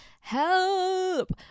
help